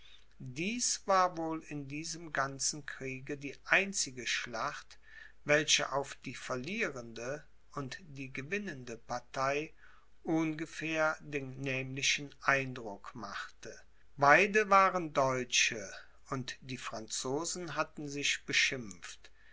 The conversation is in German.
dies war wohl in diesem ganzen kriege die einzige schlacht welche auf die verlierende und die gewinnende partei ohngefähr den nämlichen eindruck machte beide waren deutsche und die franzosen hatten sich beschimpft